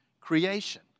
creation